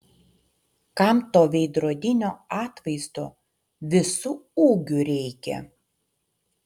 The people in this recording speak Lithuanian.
kam to veidrodinio atvaizdo visu ūgiu reikia